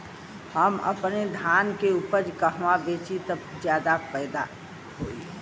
हम अपने धान के उपज कहवा बेंचि त ज्यादा फैदा होई?